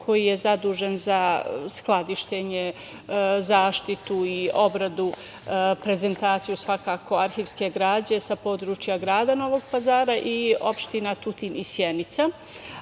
koji je zadužen za skladištenje, zaštitu, obradu i prezentaciju arhivske građe sa područja grada Novog Pazara i opština Tutin i Sjenica,